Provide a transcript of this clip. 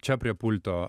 čia prie pulto